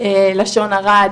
לשון הרע,